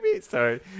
Sorry